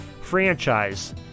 franchise